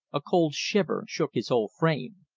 a cold shiver shook his whole frame.